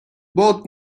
both